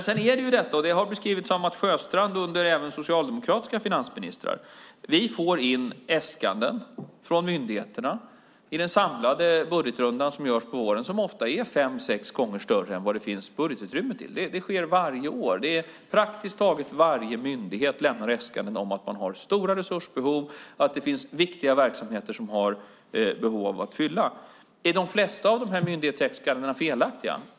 Sedan är det detta, och det har beskrivits av Mats Sjöstrand även under tider med socialdemokratiska finansministrar, att vi får in äskanden från myndigheterna i den samlade budgetrundan som görs på våren som ofta är fem sex gånger större än vad det finns budgetutrymme för. Det sker varje år. Praktiskt taget varje myndighet lämnar äskanden utifrån stora resursbehov och viktiga verksamheter. Är de flesta av de här myndighetsäskandena felaktiga?